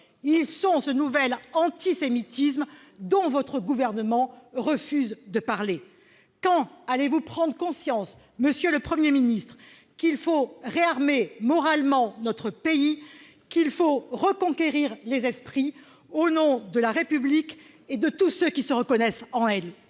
Ils sont ce nouvel antisémitisme dont votre gouvernement refuse de parler. Quand allez-vous prendre conscience qu'il faut réarmer moralement notre pays, qu'il faut reconquérir les esprits, au nom de la République et de tous ceux qui se reconnaissent en elle ?